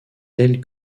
tel